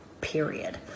period